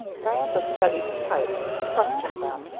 diantha studied types, questioned them,